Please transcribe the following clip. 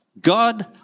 God